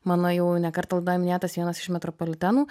mano jau ne kartą laidoj minėtas vienas iš metropolitenų